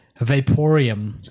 Vaporium